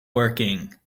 working